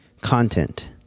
content